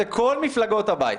זה כל מפלגות הבית.